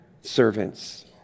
servants